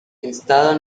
estado